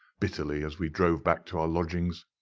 bitterly, as we drove back to our lodgings.